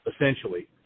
essentially